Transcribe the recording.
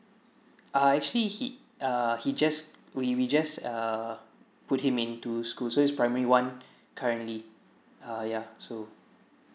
uh actually he ah he just we we just err put him into school so he's primary one currently uh ya so